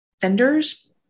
vendors